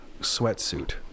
sweatsuit